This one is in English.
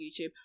YouTube